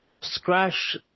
scratch